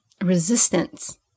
resistance